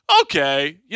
Okay